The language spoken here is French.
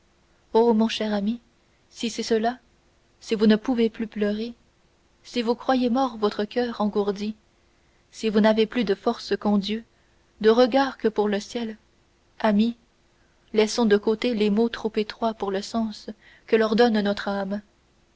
mon cher ami si c'est cela si vous ne pouvez plus pleurer si vous croyez mort votre coeur engourdi si vous n'avez plus de force qu'en dieu de regards que pour le ciel ami laissons de côté les mots trop étroits pour le sens que leur donne notre âme